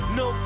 no